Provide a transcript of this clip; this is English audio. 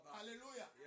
Hallelujah